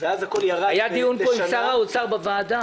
היה דיון פה עם שר האוצר בוועדה.